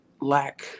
lack